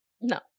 no